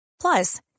Plus